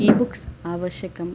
E books आवश्यकम्